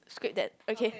skip that okay